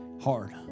hard